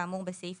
כאמור בסעיף